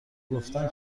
گفتن